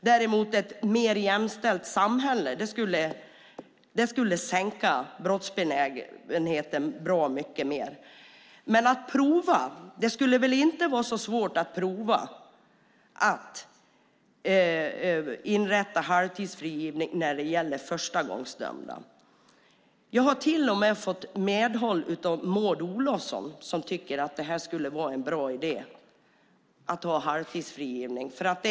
Däremot skulle ett mer jämställt samhälle sänka brottsbenägenheten bra mycket mer. Det skulle väl inte vara så svårt att prova att inrätta halvtidsfrigivning när det gäller förstagångsdömda? Jag har till och med fått medhåll av Maud Olofsson. Hon tycker att det skulle vara en bra idé att ha halvtidsfrigivning.